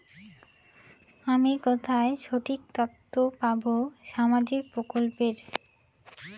আমি কোথায় সঠিক তথ্য পাবো সামাজিক প্রকল্পের?